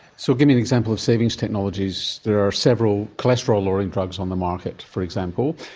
so give me an example of savings technologies. there are several cholesterol lowering drugs on the market, for example.